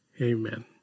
Amen